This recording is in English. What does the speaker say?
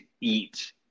eat